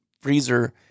freezer